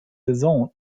saison